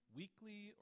weekly